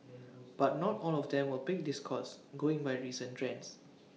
but not all of them will pick this course going by recent trends